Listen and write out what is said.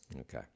Okay